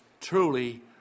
Truly